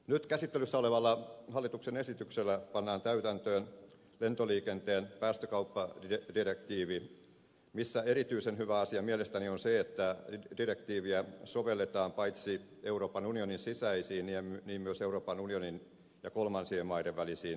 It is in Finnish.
nyt käsittelyssä olevalla hallituksen esityksellä pannaan täytäntöön lentoliikenteen päästökauppadirektiivi missä erityisen hyvä asia on mielestäni se että direktiiviä sovelletaan paitsi euroopan unionin sisäisiin myös euroopan unionin ja kolmansien maiden välisiin lentoihin